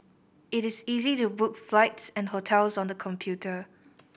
it is easy to book flights and hotels on the computer